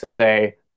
say